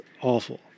awful